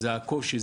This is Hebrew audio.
זה הקושי,